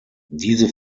diese